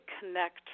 connect